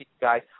guys